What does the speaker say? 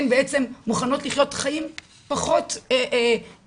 הן בעצם מוכנות לחיות חיים פחות איכותיים.